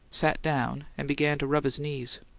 sat down, and began to rub his knees.